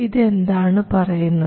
ഇത് എന്താണ് പറയുന്നത്